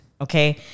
Okay